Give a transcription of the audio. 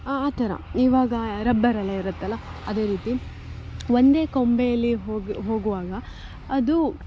ಆ ಥರ ಇವಾಗ ರಬ್ಬರೆಲ್ಲ ಇರುತ್ತಲ್ಲ ಅದೇ ರೀತಿ ಒಂದೇ ಕೊಂಬೆಯಲ್ಲಿ ಹೋಗಿ ಹೋಗುವಾಗ ಅದು